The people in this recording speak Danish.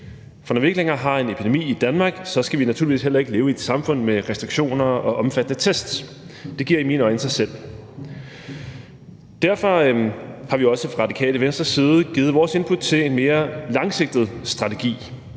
For når vi ikke længere har en epidemi i Danmark, skal vi naturligvis heller ikke leve i et samfund med restriktioner og omfattende test. Det giver i mine øjne sig selv. Derfor har vi også fra Radikale Venstres side givet vores input til en mere langsigtet strategi.